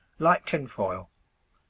like tinfoil.